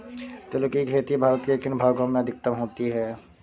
तिल की खेती भारत के किन भागों में अधिकतम होती है?